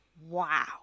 Wow